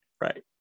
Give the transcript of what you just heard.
right